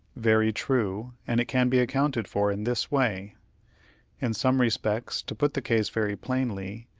very true, and it can be accounted for in this way in some respects, to put the case very plainly,